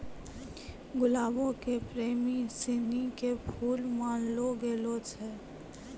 गुलाबो के प्रेमी सिनी के फुल मानलो गेलो छै